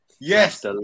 Yes